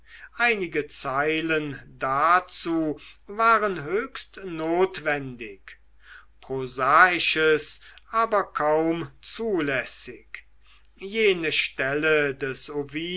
einige zeilen dazu waren höchst notwendig prosaisches aber kaum zulässig jene stelle des